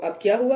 तो अब क्या हुआ